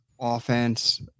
offense